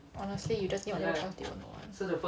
honestly you just need to list down they'll know [one]